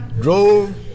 drove